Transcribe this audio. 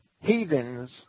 heathens